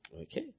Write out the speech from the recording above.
Okay